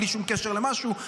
בלי שום קשר למשהו,